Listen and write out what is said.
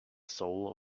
soul